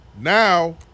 Now